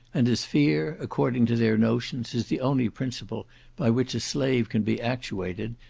and as fear, according to their notions, is the only principle by which a slave can be actuated,